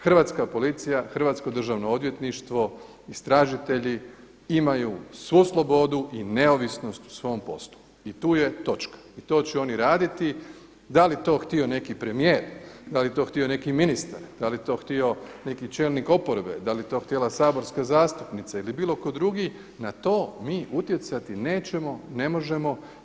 Hrvatska policija, hrvatsko Državno odvjetništvo, istražitelji imaju svu slobodu i neovisnost u svom poslu i tu je točka i to će oni raditi, da li to htio neki premijer, dali to htio neki ministar, da li to htio neki čelnik oporbe, da li to htjela saborska zastupnica ili bilo tko drugi, na to mi utjecati nećemo, ne možemo.